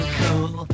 cool